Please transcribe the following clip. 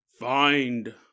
find